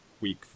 week